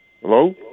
Hello